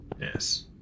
Yes